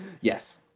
Yes